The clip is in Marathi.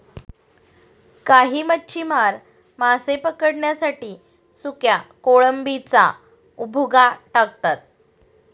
काही मच्छीमार मासे पकडण्यासाठी सुक्या कोळंबीचा भुगा टाकतात